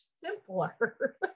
simpler